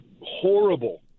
horrible